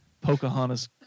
Pocahontas